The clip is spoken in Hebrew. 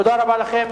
תודה רבה לכם.